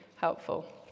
helpful